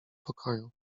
pokoju